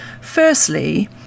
Firstly